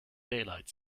daylight